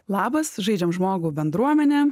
labas žaidžiam žmogų bendruomene